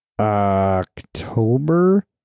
October